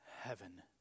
heaven